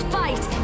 fight